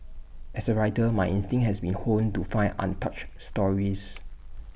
as A writer my instinct has been honed to find untouched stories